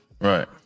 Right